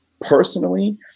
personally